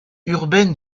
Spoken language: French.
urbaine